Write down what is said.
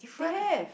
they have